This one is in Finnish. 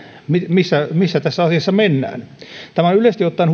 missä missä tässä asiassa mennään tämä on yleisesti ottaen